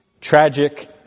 tragic